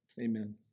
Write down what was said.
Amen